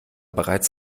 bereits